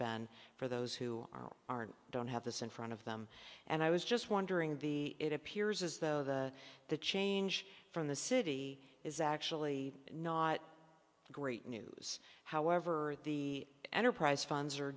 been for those who aren't don't have this in front of them and i was just wondering the it appears as though the the change from the city is actually not great news however the enterprise funds are